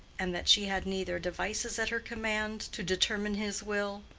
and that she had neither devices at her command to determine his will,